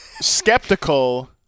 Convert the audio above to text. skeptical